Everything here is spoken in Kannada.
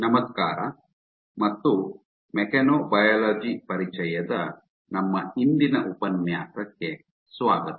ನಮಸ್ಕಾರ ಮತ್ತು ಮೆಕ್ಯಾನೊಬಯಾಲಜಿ ಪರಿಚಯದ ನಮ್ಮ ಇಂದಿನ ಉಪನ್ಯಾಸಕ್ಕೆ ಸ್ವಾಗತ